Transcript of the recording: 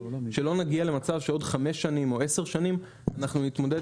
שלא נגיע למצב שעוד 5 שנים או 10 שנים אנחנו נתמודד